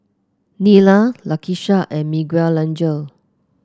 Nyla Lakisha and Miguelangel